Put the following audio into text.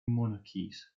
monarchies